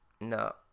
no